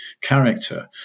character